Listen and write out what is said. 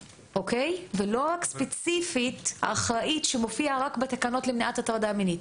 ולא רק ספציפית האחראית שמופיע רק בתקנות למניעת הטרדה מינית,